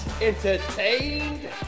entertained